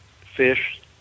fish